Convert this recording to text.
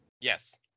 Yes